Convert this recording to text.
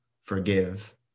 Forgive